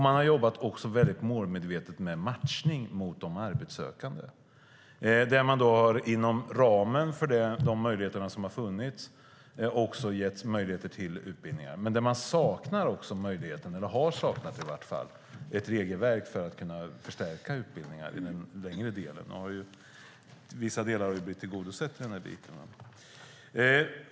Man har också jobbat målmedvetet med matchning mot de arbetssökande. Man har inom ramen för de möjligheter som funnits gett möjligheter till utbildningar, men man saknar - eller har saknat - ett regelverk för att kunna förstärka utbildningarna, även om vissa delar har blivit tillgodosedda.